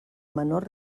menor